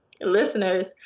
listeners